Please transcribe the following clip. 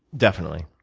definitely.